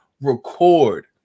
record